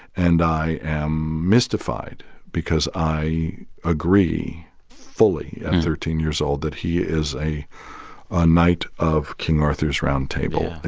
and i am mystified because i agree fully at thirteen years old that he is a ah knight of king arthur's round table.